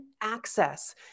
access